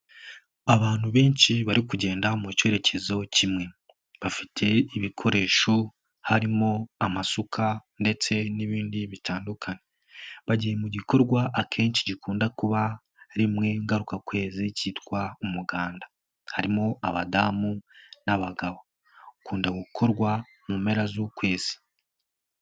Abantu benshi bari kugenda mu cyerekezo kimwe bafite ibikoresho harimo amasuka ndetse n'ibindi bitandukanye bagiye mu gikorwa akenshi gikunda kuba rimwe ngarukakwezi cyitwa umuganda, harimo abadamu n'abagabo, ukunda gukorwa mu mpera z'ukwezi.